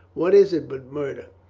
what is it but murder?